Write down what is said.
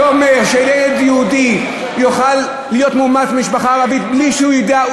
זה אומר שילד יהודי יוכל להיות מאומץ במשפחה ערבית בלי שהוא ידע,